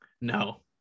No